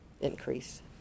increase